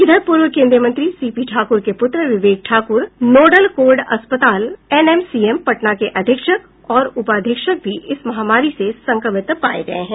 इधर पूर्व केन्द्रीय मंत्री सीपी ठाक्र के पूत्र विवेक ठाक्र नोडल कोविड अस्पताल एनएमसीएम पटना के अधीक्षक और उपाधीक्षक भी इस महामारी से संक्रमित पाये गये हैं